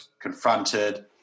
confronted